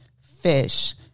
fish